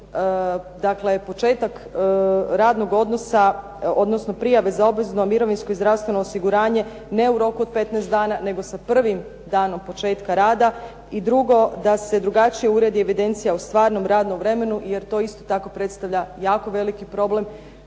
dakle početak radnog odnosa, odnosno prijave za obvezno mirovinsko i zdravstveno osiguranje, ne u roku od 15 dana nego sa prvim danom početka rada. I drugo, da se drugačije uredi evidencija o stvarnom radnom vremenu jer to isto tako predstavlja jako veliki problem.